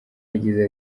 yagize